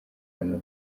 hano